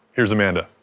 here's amanda.